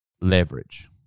leverage